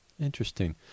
Interesting